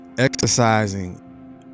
Exercising